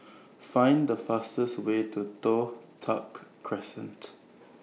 Find The fastest Way to Toh Tuck Crescent